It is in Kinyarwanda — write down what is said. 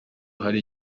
hari